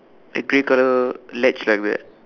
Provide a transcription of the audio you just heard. a grey colour ledge like that